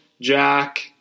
Jack